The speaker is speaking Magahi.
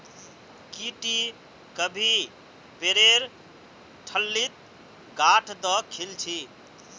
की टी कभी पेरेर ठल्लीत गांठ द खिल छि